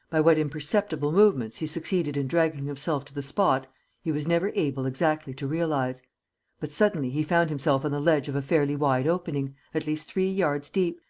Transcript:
by what imperceptible movements he succeeded in dragging himself to the spot he was never able exactly to realize but suddenly he found himself on the ledge of a fairly wide opening, at least three yards deep,